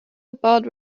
about